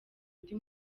undi